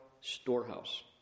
Storehouse